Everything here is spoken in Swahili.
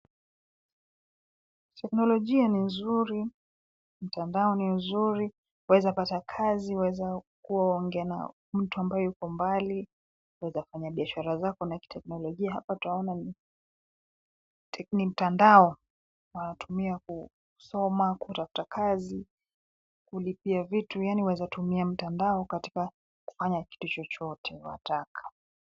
Teknolojia ni nzuri, mitandao ni nzuri waweza pata kazi, waweza kuongea na mtu ambaye yuko mbali, waweza fanya biashara zako na kiteknolojia .Hapa twaona mitandao wanatunia kusoma, kutafuta kazi kulipia vitu. Yaani waweza kutumia mtandao kufanya kitu chochote ambacho unataka.